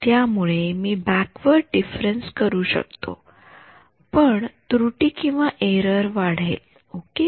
त्यामुळे मी backward difference करू शकतो पण त्रुटीएरर वाढेल ओके